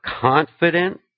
confident